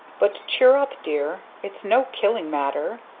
but cheer up, dear. it's no killing matter.